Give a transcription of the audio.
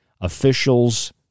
officials